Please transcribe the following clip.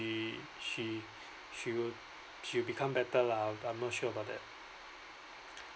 she she she will she will become better lah I'm I'm not sure about that